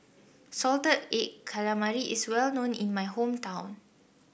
Salted Egg Calamari is well known in my hometown